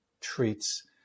treats